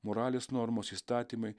moralės normos įstatymai